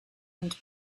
and